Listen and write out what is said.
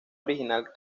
original